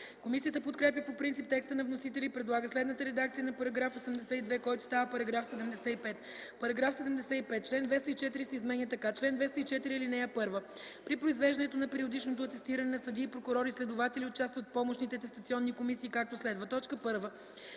Комисията подкрепя по принцип текста на вносителя и предлага следната редакция на § 82, който става § 75: „§ 75. Член 204 се изменя така: „Чл. 204. (1) При провеждането на периодичното атестиране на съдии, прокурори и следователи участват помощните атестационни комисии, както следва: 1. при